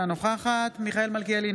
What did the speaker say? אינה נוכחת מיכאל מלכיאלי,